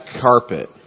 carpet